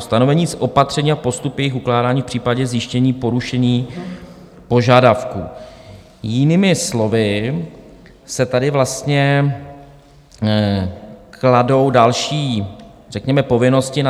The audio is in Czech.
Stanovení opatření a postup jejich ukládání v případě zjištění porušení požadavků, jinými slovy se tady vlastně kladou další řekněme povinnosti